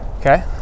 Okay